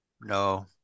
No